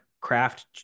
craft